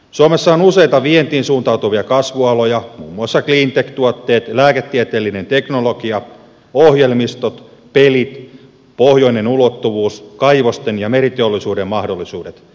suomessa on useita vientiin suuntautuvia kasvualoja muun muassa cleantech tuotteet lääketieteellinen teknologia ohjelmistot pelit pohjoinen ulottuvuus kaivosten ja meriteollisuuden mahdollisuudet